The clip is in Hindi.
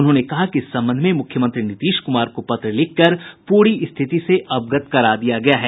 उन्होंने कहा कि इस संबंध में मुख्यमंत्री नीतीश कुमार को पत्र लिखकर पूरी स्थिति से अवगत करा दिया गया है